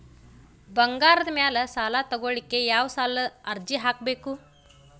ಬಂಗಾರದ ಮ್ಯಾಲೆ ಸಾಲಾ ತಗೋಳಿಕ್ಕೆ ಯಾವ ಸಾಲದ ಅರ್ಜಿ ಹಾಕ್ಬೇಕು?